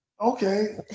Okay